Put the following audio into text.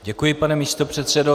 Děkuji, pane místopředsedo.